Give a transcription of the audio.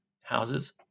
houses